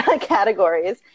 categories